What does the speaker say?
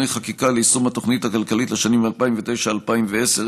חקיקה ליישום התוכנית הכלכלית לשנים 2009 2010),